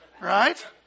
right